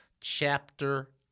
chapter